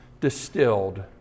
distilled